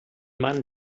man